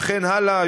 וכן הלאה,